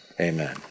amen